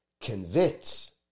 Convince